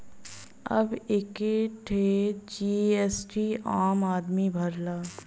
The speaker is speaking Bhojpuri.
अब एक्के ठे जी.एस.टी आम आदमी भरला